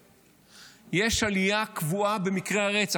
יש עלייה קבועה במקרי הרצח.